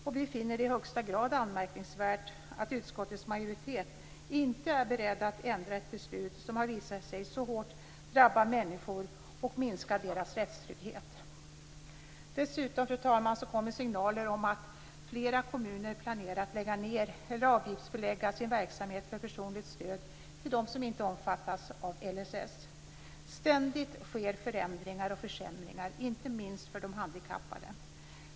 Vi finner det i högsta grad anmärkningsvärt att utskottets majoritet inte är beredd att ändra ett beslut som har visat sig så hårt drabba människor och minskat deras rättstrygghet. Dessutom, fru talman, kommer signaler om att flera kommuner planerar att lägga ned eller avgiftsbelägga sin verksamhet för personligt stöd till dem som inte omfattas av LSS. Ständigt sker förändringar och försämringar, inte minst för de handikappade.